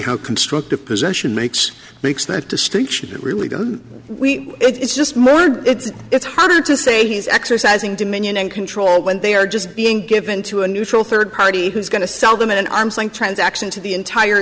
how constructive possession makes makes that distinction really go we it's just more of it's it's harder to say he's exercising dominion and control when they are just being given to a neutral third party who's going to sell them in an arm's length transaction to the entire